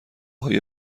های